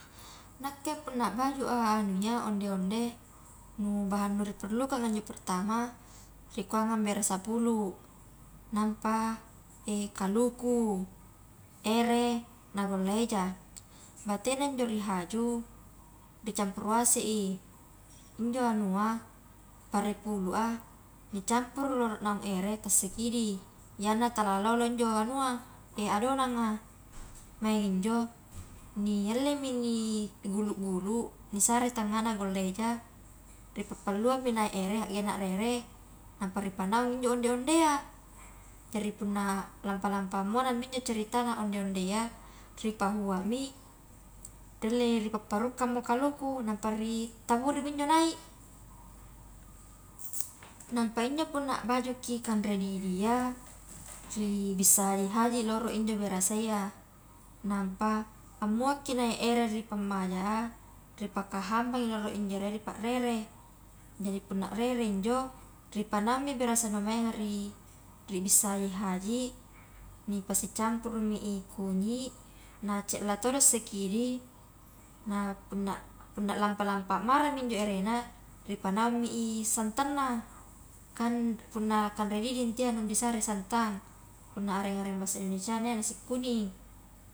Nakke punn bajua anu iya onde-onde nu bahang niperlukanga njo pertama rikuang berasa pulu, nampa kaluku, ere, na golla eja, batena injo rihaju dicampuru asei injo anua pare pulua nicampuru loro naung ere tasikidi iyana tara lolo injo anua adonanga, maing injo ni allemi di gulu-gulu nisare tangana golla eja, ripappalluangmi naik ere haggengna rere nampa ripanaung injo onde-ondea, jari punna lampa-lampa monangmi injo ceritana onde-ondea, ri pahua mi rialle ri papparukkangmo kaluku nampa ri taburimi injo naik, nampa injo punna bajuki kanre didi iya ri bissa haji-haji loro injo berasa iya, nampa ammoakki naik ere ri pammaja, ripakahambangi rolo injo erea ri parere, jadi punna rere injo ripanaungmi berasa nu manga ri, ribissai haji nipasi campurumi i kunyi, na cella todo sikidi nah punna, punna lampa-lampa marami injo erena ripanaungmi i santanna, kan punna kanre didi intu iya nu disare santan, punna areng-areng bahasa indonesiana iya nasi kuning.